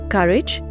Courage